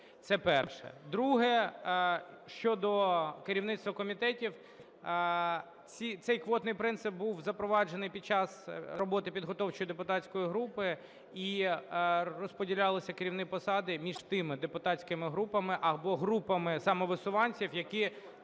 Це перше. Друге. Щодо керівництва комітетів. Цей квотний принцип був запроваджений під час роботи підготовчої депутатської групи і розподілялися керівні посади між тими депутатськими групами або групами самовисуванців, які